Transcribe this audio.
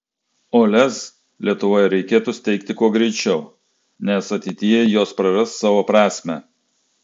o lez lietuvoje reikėtų steigti kuo greičiau nes ateityje jos praras savo prasmę